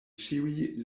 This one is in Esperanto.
ĉiuj